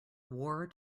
war